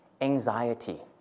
anxiety